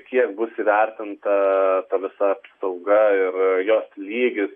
kiek bus įvertinta visa sauga ir jos lygis